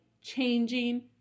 changing